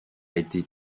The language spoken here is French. été